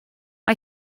mae